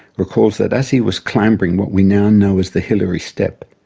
recalls that as he was clambering what we now know as the hillary step,